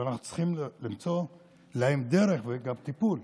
ואנחנו צריכים למצוא להם דרך וגם טיפול.